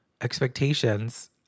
expectations